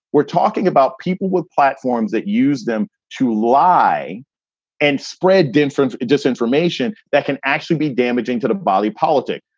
we're talking about people with platforms that use them to lie and spread inference, disinformation that can actually be damaging to the body politic.